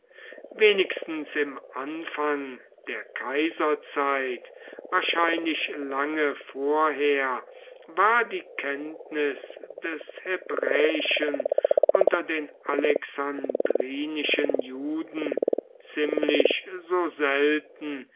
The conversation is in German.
wenigstens im anfang der kaiserzeit wahrscheinlich lange vorher war die kenntnis des hebräischen unter den alexandrinischen juden ziemlich so selten